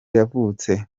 yavutse